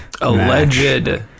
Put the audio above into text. Alleged